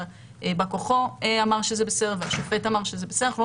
שבא כוחו אמר שזה בסדר והשופט אמר שזה בסדר אנחנו לא